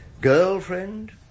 Girlfriend